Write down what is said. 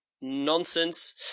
nonsense